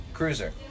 Cruiser